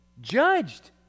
judged